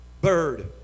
bird